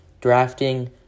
drafting